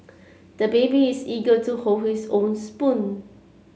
the baby is eager to hold his own spoon